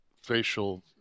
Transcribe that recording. facial